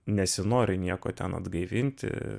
nesinori nieko ten atgaivinti